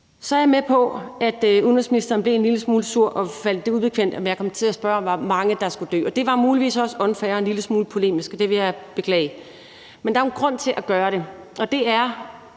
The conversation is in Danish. Så er jeg med på, at udenrigsministeren blev en lille smule sur og fandt det ubekvemt, at jeg kom til at spørge om, hvor mange der skulle dø, og det var muligvis også unfair og en lille smule polemisk, og det vil jeg beklage. Men der er jo en grund til at gøre det, og det er,